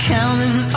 Counting